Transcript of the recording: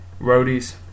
roadies